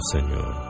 Señor